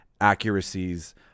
accuracies